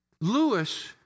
Lewis